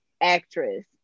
actress